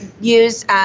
use